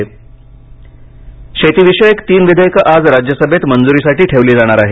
पक्षादेश शेतीविषयक तीन विधेयकं आज राज्यसभेत मंजुरीसाठी ठेवली जाणार आहेत